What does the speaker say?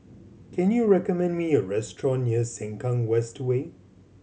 can you recommend me a restaurant near Sengkang West Way